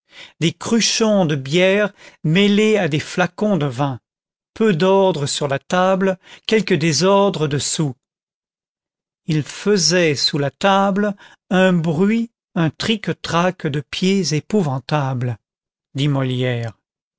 des cruchons de bière mêlés à des flacons de vin peu d'ordre sur la table quelque désordre dessous ils faisaient sous la table un bruit un trique trac de pieds épouvantable